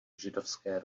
židovské